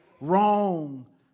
Wrong